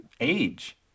age